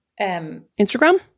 Instagram